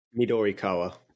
Midorikawa